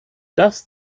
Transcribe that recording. das